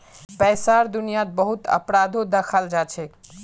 पैसार दुनियात बहुत अपराधो दखाल जाछेक